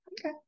Okay